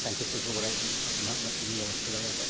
ᱠᱚᱜᱮ ᱠᱚ ᱵᱟᱲᱟᱭ ᱠᱟᱱᱟ ᱟᱵᱚ ᱱᱟᱦᱟᱜ ᱩᱱᱟᱹᱜ ᱥᱟᱺᱜᱤᱧ ᱵᱟᱵᱚ ᱥᱮᱴᱮᱨ ᱫᱟᱲᱮ ᱠᱟᱣᱫᱟ